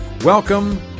Welcome